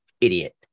Idiot